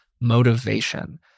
motivation—